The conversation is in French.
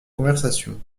conversation